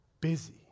busy